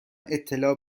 اطلاع